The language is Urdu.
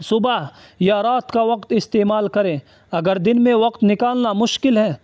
صبح یا رات کا وقت استعمال کریں اگر دن میں وقت نکالنا مشکل ہے